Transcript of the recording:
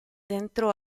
dentro